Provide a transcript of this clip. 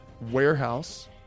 warehouse